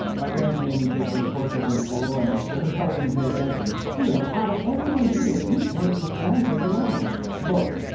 my parents made me take those courses in school, and i sure as hell didn't pay attention still out of everyone here, you've worked with andi the longest look,